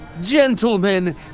gentlemen